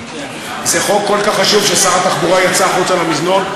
זה חוק כל כך חשוב ששר התחבורה יצא החוצה למזנון,